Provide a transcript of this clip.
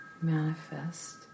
manifest